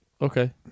Okay